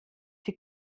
die